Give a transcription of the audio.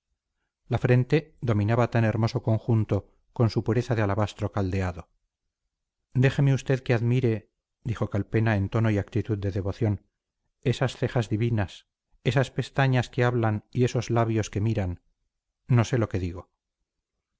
la frente dominaba tan hermoso conjunto con su pureza de alabastro caldeado déjeme usted que admire dijo calpena en tono y actitud de devoción esas cejas divinas esas pestañas que hablan y esos labios que miran no sé lo que digo